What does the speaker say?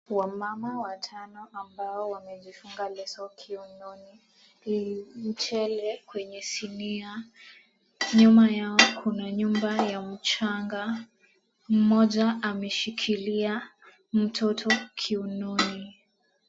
Wamama watano ambao wamejifunga leso kiunoni. Mchele kwenye sinia, nyuma yao kuna nyumba ya mchanga. Mmoja ameshikilia mtoto kiunoni.